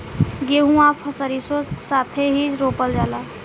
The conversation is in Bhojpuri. गेंहू आ सरीसों साथेही रोपल जाला